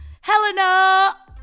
Helena